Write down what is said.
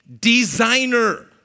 designer